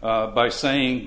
by saying